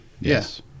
yes